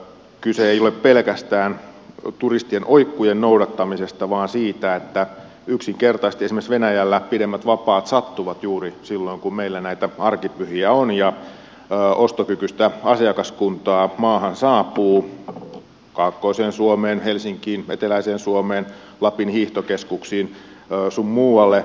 kyse ei ole pelkästään turistien oikkujen noudattamisesta vaan siitä että yksinkertaisesti esimerkiksi venäjällä pidemmät vapaat sattuvat juuri silloin kun meillä näitä arkipyhiä on ja ostokykyistä asiakaskuntaa maahan saapuu kaakkoiseen suomeen helsinkiin eteläiseen suomeen lapin hiihtokeskuksiin sun muualle